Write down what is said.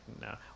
no